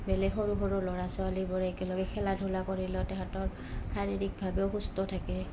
বেলেগ সৰু সৰু ল'ৰা ছোৱালীবোৰ একেলগে খেলা ধূলা কৰিলেওঁ তাহাঁতৰ শাৰীৰিকভাৱেও সুস্থ থাকে